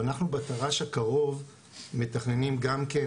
אבל אנחנו ב -- הקרוב מתכננים גם כן